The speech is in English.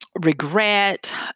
Regret